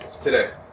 Today